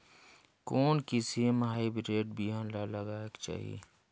कोन किसम हाईब्रिड बिहान ला लगायेक चाही?